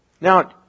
Now